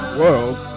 world